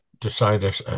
decided